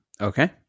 Okay